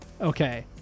Okay